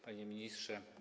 Panie Ministrze!